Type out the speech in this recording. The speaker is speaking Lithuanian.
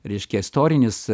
reiškia istorinis